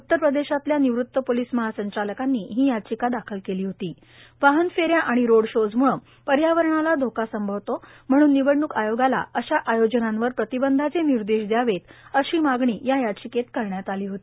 उत्तर प्रदेशातल्या निवृत्त पोलिस महासंचालकांनी ही याचिका दाखल केली होती वाहन फेऱ्या आणि रोड शोज मुळे पर्यावरणाला धोका संभवतो म्हणून निवडणूक आयोगाला अशा आयोजनांवर प्रतिबंधाचे निर्देश दयावे अशी मागणी या याचिकेत केली होती